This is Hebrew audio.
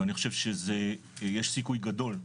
ואני חושב שזה, יש סיכוי גדול,